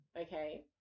okay